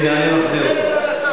הנה, אני מחזיר אותו.